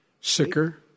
sicker